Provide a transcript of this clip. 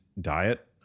diet